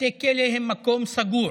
בתי כלא הם מקום סגור.